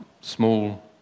small